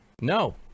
No